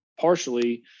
partially